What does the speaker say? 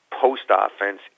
post-offense